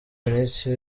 ministre